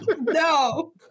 no